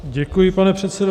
Děkuji, pane předsedo.